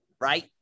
right